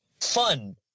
fun